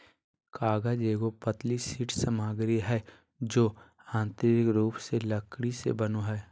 कागज एगो पतली शीट सामग्री हइ जो यांत्रिक रूप से लकड़ी से बनो हइ